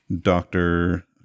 doctor